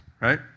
right